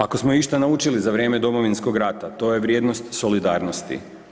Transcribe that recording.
Ako smo išta naučili za vrijeme Domovinskog rata to je vrijednost solidarnosti.